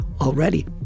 already